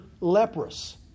leprous